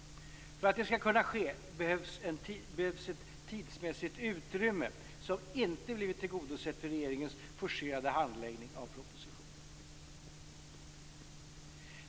För att det skall kunna ske behövs ett tidsmässigt utrymme som inte blivit tillgodosett vid regeringens forcerade handläggning av propositionen.